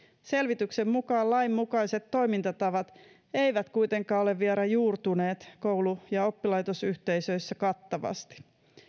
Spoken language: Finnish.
selvityksen mukaan lain mukaiset toimintatavat eivät kuitenkaan ole vielä juurtuneet koulu ja oppilaitosyhteisöissä kattavasti